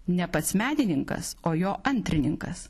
ne pats menininkas o jo antrininkas